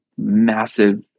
massive